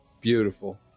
Beautiful